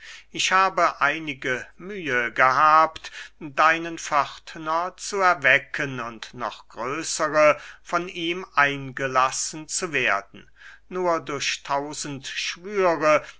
ich habe einige mühe gehabt deinen pförtner zu erwecken und noch größere von ihm eingelassen zu werden nur durch tausend schwüre